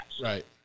Right